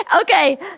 Okay